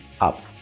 up